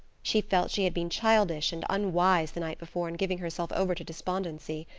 she felt she had been childish and unwise the night before in giving herself over to despondency.